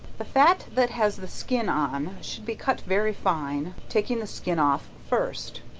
the fat that has the skin on should be cut very fine, taking the skin off first.